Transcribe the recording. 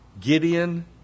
Gideon